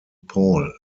paul